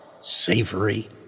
savory